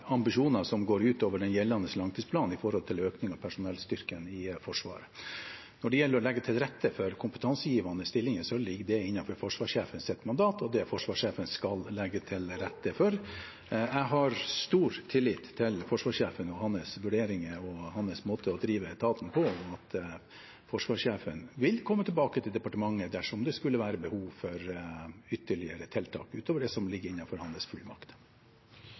ambisjoner som går utover den gjeldende langtidsplanen når det gjelder økning av personellstyrken i Forsvaret. Når det gjelder å legge til rette for kompetansegivende stillinger, ligger det innenfor forsvarssjefens mandat, og det som han skal legge til rette for. Jeg har stor tillit til forsvarssjefen, hans vurderinger og hans måte å drive etaten på, og at han vil komme tilbake til departementet dersom det skulle være behov for ytterligere tiltak, utover det som ligger innenfor hans